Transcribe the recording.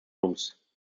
rooms